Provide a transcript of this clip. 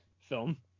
film